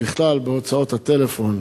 בכלל במחירי שיחות הטלפון.